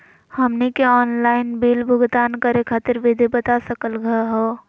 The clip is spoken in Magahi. हमनी के आंनलाइन बिल भुगतान करे खातीर विधि बता सकलघ हो?